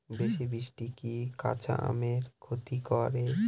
বেশি বৃষ্টি কি কাঁচা আমের ক্ষতি করে?